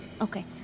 Okay